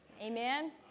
Amen